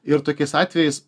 ir tokiais atvejais